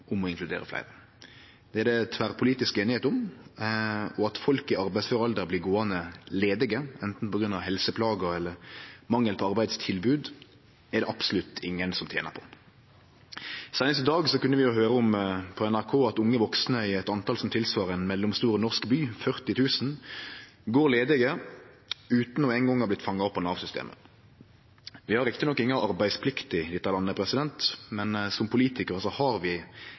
om å inkludere fleire. Det er det tverrpolitisk einigheit om. At folk i arbeidsfør alder blir gåande ledige, anten på grunn av helseplager eller mangel på arbeidstilbod, er det absolutt ingen som tener på. Seinast i dag kunne vi på NRK høyre om at unge vaksne i eit tal som svarar til ein mellomstor norsk by, 40 000, går ledige utan eingong å ha vorte fanga opp av Nav-systemet. Vi har rett nok inga arbeidsplikt i dette landet, men som politikarar har vi